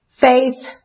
Faith